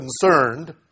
concerned